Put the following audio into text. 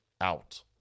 out